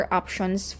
options